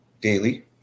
daily